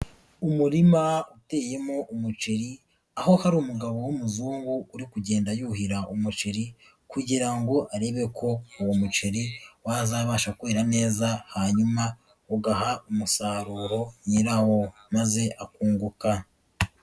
Umurima uteyemo umuceri, aho hari umugabo w'umuzungu uri kugenda yuhira umuceri kugira ngo arebe ko uwo muceri wazabasha kwera neza hanyuma ugaha umusaruro nyirawo maze akunguka.